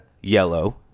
Yellow